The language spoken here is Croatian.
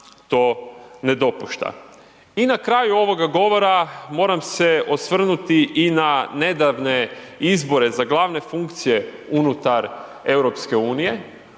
to ne dopušta. I na kraju ovoga govora, moram se osvrnuti i na nedavne izbore za glavne funkcije unutar EU-a.